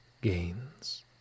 gains